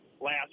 last